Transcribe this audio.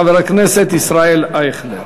חבר הכנסת ישראל אייכלר.